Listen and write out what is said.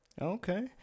Okay